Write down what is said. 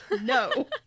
no